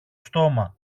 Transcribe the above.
στόμα